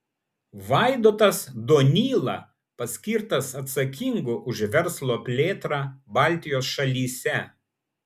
vaidotas donyla paskirtas atsakingu už verslo plėtrą baltijos šalyse